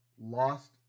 lost